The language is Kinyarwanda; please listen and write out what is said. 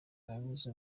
wabuze